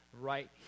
right